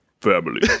Family